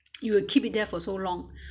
you will keep it there for so long